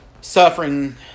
suffering